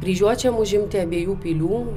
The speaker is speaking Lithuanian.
kryžiuočiam užimti abiejų pilių